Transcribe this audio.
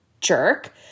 jerk